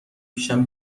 پیشم